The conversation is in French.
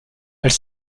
elle